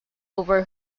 over